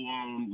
on